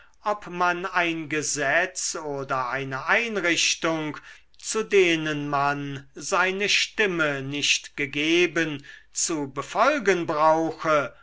ob man ein gesetz oder eine einrichtung zu denen man seine stimme nicht gegeben zu befolgen brauche